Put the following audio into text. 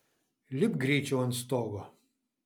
lipk greičiau ant stogo